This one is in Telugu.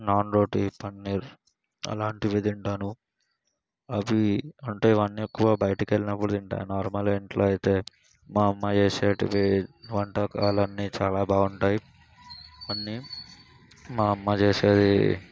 నాన్ రోటి పన్నీర్ అలాంటివి తింటాను అవి అంటే అవన్నీ ఎక్కువ బయటకి వెళ్ళినప్పుడు తింటాను నార్మల్ ఇంట్లో అయితే మా అమ్మ చేసేవి వంటకాలు అన్నీ చాలా బాగుంటాయి అన్నీ మా అమ్మ చేసేవి